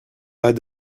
pas